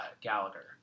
Gallagher